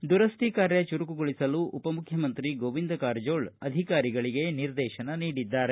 ದುರಸ್ತಿ ಕಾರ್ಯ ಚುರುಕುಗೊಳಿಸಲು ಉಪಮುಖ್ಚಮಂತ್ರಿ ಗೋವಿಂದ ಕಾರ್ಜೋಳ ಅಧಿಕಾರಿಗಳಿಗೆ ನಿರ್ದೇಶನ ನೀಡಿದ್ದಾರೆ